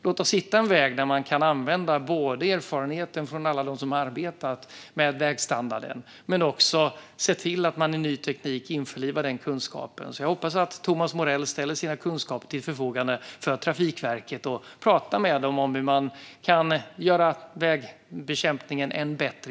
Låt oss hitta en väg där man både kan använda erfarenheten från alla dem som arbetar med vägstandarden och se till att man med ny teknik införlivar den kunskapen. Jag hoppas att Thomas Morell ställer sina kunskaper till förfogande för Trafikverket och pratar med dem om hur man kan göra väghållningen ännu bättre.